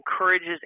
encourages